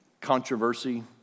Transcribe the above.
controversy